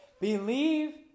Believe